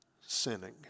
sinning